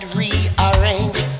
rearrange